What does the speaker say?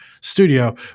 studio